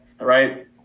right